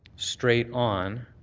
straight on,